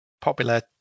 popular